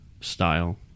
style